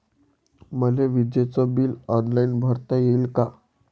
मले विजेच bill online भरता येईन का?